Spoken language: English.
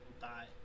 die